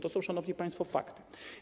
To są, szanowni państwo, fakty.